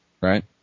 right